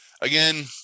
again